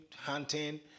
hunting